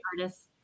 artists